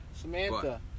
Samantha